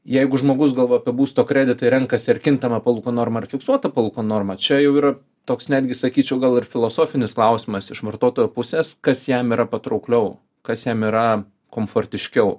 jeigu žmogus galvoja apie būsto kreditą ir renkasi ar kintama palūkanų norma ar fiksuota palūkanų norma čia jau yra toks netgi sakyčiau gal ir filosofinis klausimas iš vartotojo pusės kas jam yra patraukliau kas jam yra komfortiškiau